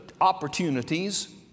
opportunities